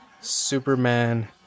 Superman